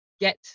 get